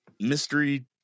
mystery